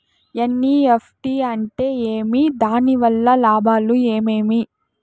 NEFT అంటే ఏమి? దాని వలన లాభాలు ఏమేమి